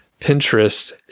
Pinterest